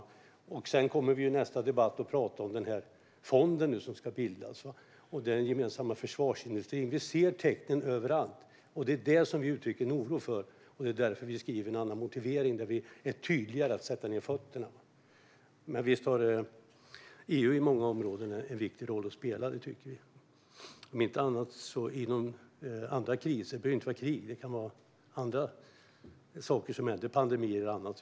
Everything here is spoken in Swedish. I nästa debatt kommer vi att prata om den fond som ska bildas och den gemensamma försvarsindustrin. Vi ser tecknen överallt, och det är detta som vi uttrycker en oro för. Det är också därför vi skriver en annan motivering, där vi är tydligare med att sätta ned foten. EU har dock på många områden en viktig roll att spela, om inte annat när det gäller andra kriser. Det behöver inte handla om krig, utan det kan gälla pandemier eller något annat.